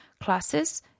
classes